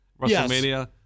WrestleMania